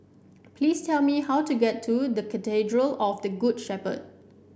please tell me how to get to Cathedral of the Good Shepherd